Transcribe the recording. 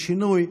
לשינוי.